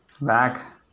back